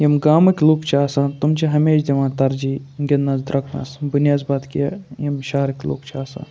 یِم گامٕکۍ لُکھ چھِ آسان تِم چھِ ہمیشہِ دِوان ترجیٖح گِنٛدنَس درٛوٚکنَس بٔنسبط کہِ یِم شہرٕکۍ لُکھ چھِ آسان